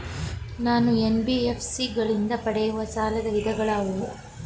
ನಾನು ಎನ್.ಬಿ.ಎಫ್.ಸಿ ಗಳಿಂದ ಪಡೆಯುವ ಸಾಲದ ವಿಧಗಳಾವುವು?